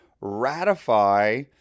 ratify